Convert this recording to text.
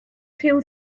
rhyw